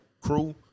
crew